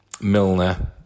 Milner